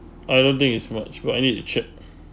I don't think is much but I need to check